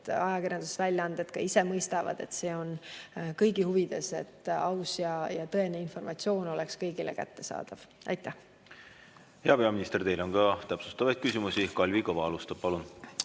et ajakirjandusväljaanded ka ise mõistavad, et on kõigi huvides, et aus ja tõene informatsioon oleks kõigile kättesaadav. Aitäh! Hea peaminister, teile on ka täpsustavaid küsimusi. Kalvi Kõva alustab, palun!